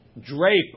drape